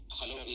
Hello